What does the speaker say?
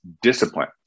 discipline